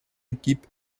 équipe